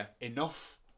enough